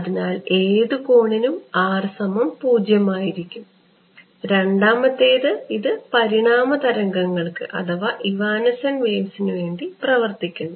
അതിനാൽ ഏത് കോണിനും ആയിരിക്കും രണ്ടാമത്തേത് ഇത് പരിണാമ തരംഗങ്ങൾക്ക് പ്രവർത്തിക്കുന്നു